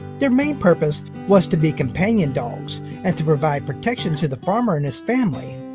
their main purpose was to be companion dogs and to provide protection to the farmer and his family,